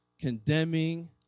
condemning